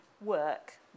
work